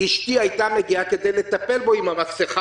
אשתי הייתה מגיעה כדי לטפל בו עם המסכה